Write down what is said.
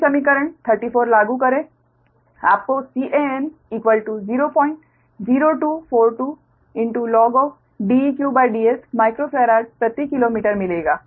फिर समीकरण 34 लागू करें आपको Can00242DeqDs माइक्रो फेराड प्रति किलोमीटर मिलेगा